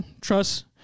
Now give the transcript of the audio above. trust